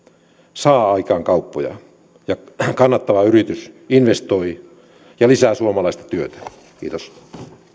saa aikaan kauppoja ja kannattava yritys investoi ja lisää suomalaista työtä kiitos